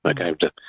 Okay